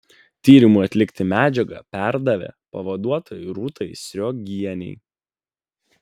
tyrimui atlikti medžiagą perdavė pavaduotojai rūtai sriogienei